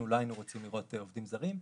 לא היינו רוצים לראות עובדים זרים,